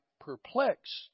perplexed